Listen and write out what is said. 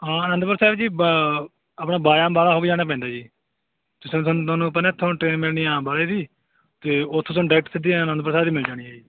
ਹਾਂ ਅਨੰਦਪੁਰ ਸਾਹਿਬ ਜੀ ਬ ਆਪਣਾ ਬਾਇਆ ਅੰਬਾਲਾ ਹੋ ਕੇ ਜਾਣਾ ਪੈਂਦਾ ਜੀ ਤੁਹਾਨੂੰ ਆਪਾਂ ਨੇ ਤੁਹਾਨੂੰ ਟਰੇਨ ਮਿਲਣੀ ਆ ਅੰਬਾਲੇ ਦੀ ਅਤੇ ਉੱਥੋਂ ਤੁਹਾਨੂੰ ਡਰੈਕਟ ਸਿੱਧੀ ਅਨੰਦਪੁਰ ਸਾਹਿਬ ਦੀ ਮਿਲ ਜਾਣੀ ਹੈ ਜੀ